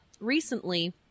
recently